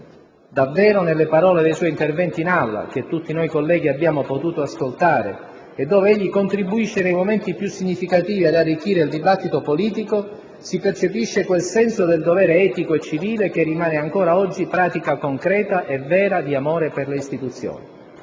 Davvero nelle parole dei suoi interventi in Aula, che tutti noi colleghi abbiamo potuto ascoltare, e dove egli contribuisce nei momenti più significativi ad arricchire il dibattito politico, si percepisce quel senso del dovere etico e civile che rimane ancora oggi pratica concreta e vera di amore per le istituzioni.